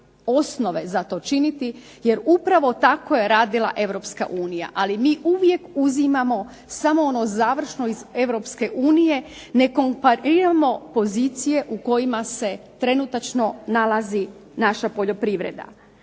osnove za to činiti jer upravo tako je radila europska unija, ali mi uvijek uzimamo samo ono završno iz Europske unije, ne kompariramo pozicije u kojima se trenutačno nalazi naša poljoprivreda.